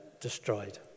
destroyed